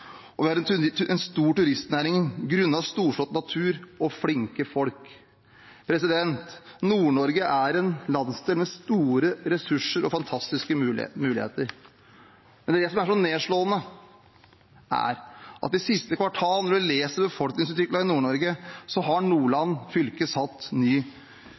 og vi har en stor turistnæring grunnet storslått natur og flinke folk. Nord-Norge er en landsdel med store ressurser og fantastiske muligheter. Det som er så nedslående når vi leser om befolkningsutviklingen i Nord-Norge, er at Nordland fylke har satt ny